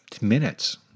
minutes